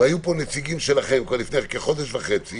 היו לפני כחודש וחצי